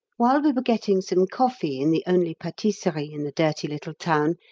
while we were getting some coffee in the only patisserie in the dirty little town,